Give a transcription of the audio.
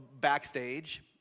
backstage